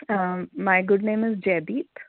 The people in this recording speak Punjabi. my good name is Jaideep